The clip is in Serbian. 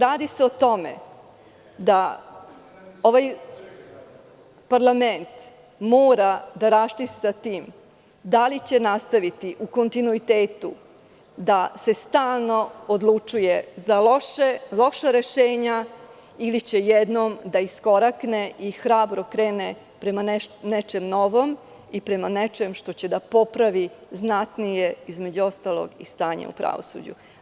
Radi se o tome da ovaj parlament mora da raščisti sa tim da li će nastaviti u kontinuitetu da se stalno odlučuje za loša rešenja, ili će jednom da iskorakne i hrabro krene prema nečem novom i prema nečem što će da popravi znatnije, između ostalog, i stanje u pravosuđu.